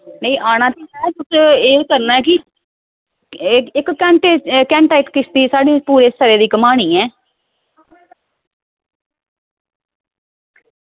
नेईं में आना ते तुसें एह् करना की घैंटा इक्क किश्ती पूरे साईड घुम्मानी ऐ